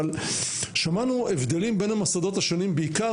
אבל שמענו הבדלים בין המוסדות השונים בעיקר